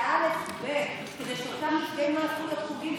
זה אלף-בית כדי שאותם נפגעים לא יהפכו להיות פוגעים,